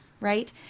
right